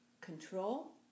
Control